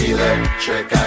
Electric